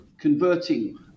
converting